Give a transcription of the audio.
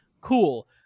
cool